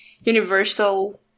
universal